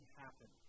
happen